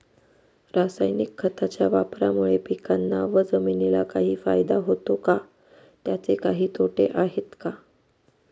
रासायनिक खताच्या वापरामुळे पिकांना व जमिनीला काही फायदा होतो का? त्याचे काही तोटे आहेत का?